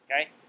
okay